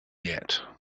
yet